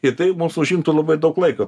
ir tai mums užimtų labai daug laiko